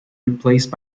replaced